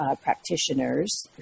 practitioners